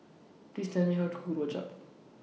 Please Tell Me How to Cook Rojak